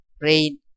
rain